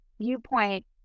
viewpoint